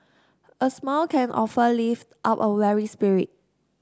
a smile can often lift up a weary spirit